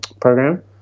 program